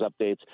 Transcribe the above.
updates